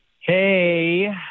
Hey